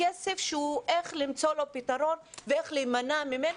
כסף שצריך למצוא לו פתרון ואיך להימנע ממנו,